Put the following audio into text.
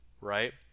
right